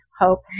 Hope